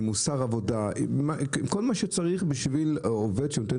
עם מוסר עבודה ועם כל מה שצריך בשביל עובד שנותן